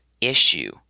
issue